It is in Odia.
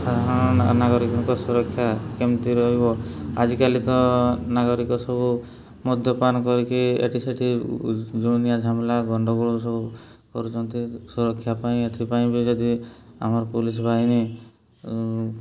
ସାଧାରଣ ନାଗରିକଙ୍କ ସୁରକ୍ଷା କେମିତି ରହିବ ଆଜିକାଲି ତ ନାଗରିକ ସବୁ ମଦ୍ୟପାନ କରିକି ଏଠି ସେଠି ଦୁନିଆ ଝାମେଲା ଗଣ୍ଡଗୋଳ ସବୁ କରୁଛନ୍ତି ସୁରକ୍ଷା ପାଇଁ ଏଥିପାଇଁ ବି ଯଦି ଆମର ପୋଲିସ୍ ବାହିନୀ